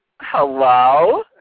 Hello